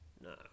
No